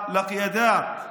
הוא עם פטריוטי.